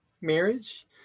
marriage